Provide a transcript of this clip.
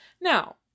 Now